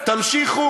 תמשיכו.